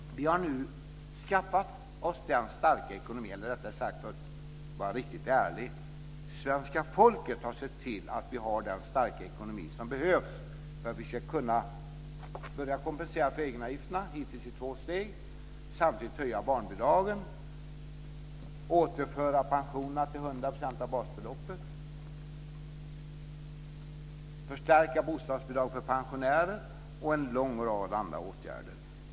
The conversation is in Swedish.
Vi har nu skaffat oss den starka ekonomi som behövs - eller för att vara riktigt ärlig har svenska folket sett till att vi har den starka ekonomi som behövs - för att vi ska kunna börja kompensera för egenavgifterna. Det har hittills skett i två steg. Samtidigt har vi kunnat höja barnbidragen, återföra pensionerna till 100 % av basbeloppet, förstärka bostadsbidraget för pensionärer och vidta en lång rad andra åtgärder.